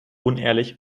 unehrlich